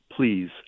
please